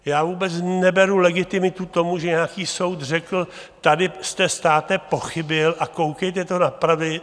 Já vůbec neberu legitimitu tomu, že nějaký soud řekl, tady jste, státe, pochybil a koukejte to napravit.